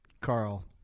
Carl